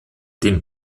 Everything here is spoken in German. den